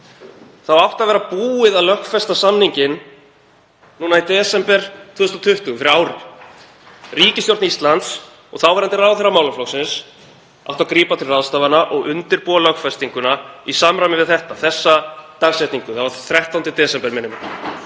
átti að vera búið að lögfesta samninginn í desember 2020, fyrir ári síðan. Ríkisstjórn Íslands og þáverandi ráðherra málaflokksins áttu að grípa til ráðstafana og undirbúa lögfestinguna í samræmi við þessa dagsetningu, 13. desember, minnir